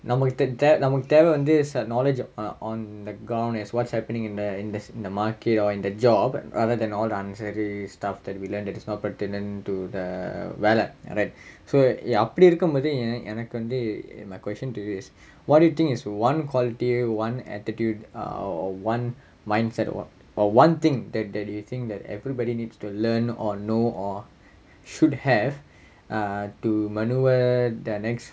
நமக்கு தே~ தேவ நமக்கு தேவ வந்து:namakku the~ theva namakku theva vanthu knowledge like or on the ground as what's happening in the in the in the market or in the job rather than all the answer the stuff that we learnt that is not pertinent to the ballot alright so அப்படி இருக்கும் போது எனக்கு வந்து:appdi irukkum pothu enakku vanthu my question to you is what do you think is one quality one attitude or one mindset or or one thing that they do you think that everybody needs to learn or know or should have err to manoeuvre the next